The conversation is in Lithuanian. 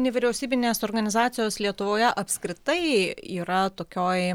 nevyriausybinės organizacijos lietuvoje apskritai yra tokioj